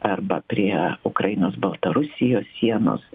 arba prie ukrainos baltarusijos sienos